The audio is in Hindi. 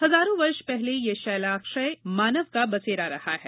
हजारों वर्ष पहले ये शैलाश्रय आदि मानव का बसेरा रहा है